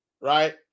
Right